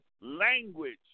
language